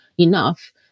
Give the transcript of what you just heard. enough